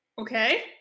Okay